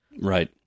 Right